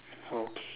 okay